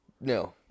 No